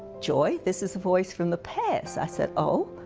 joy, this is a voice from the past. i said, oh?